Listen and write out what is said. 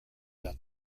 done